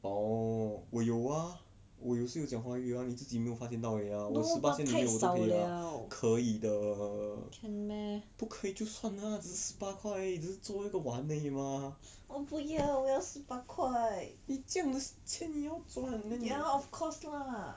no but 太少 liao can meh 我不要我要十八块 ya of course lah